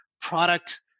product